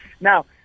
Now